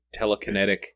telekinetic